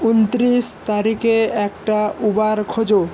উনত্রিশ তারিখে একটা উবার খোঁজ